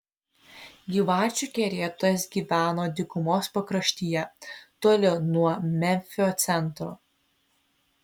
gyvačių kerėtojas gyveno dykumos pakraštyje toli nuo memfio centro